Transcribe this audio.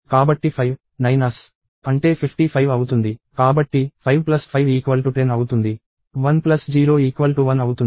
కాబట్టి 5510 అవుతుంది 10 1 అవుతుంది